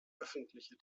öffentliche